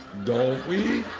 don't we?